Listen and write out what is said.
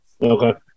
Okay